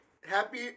Happy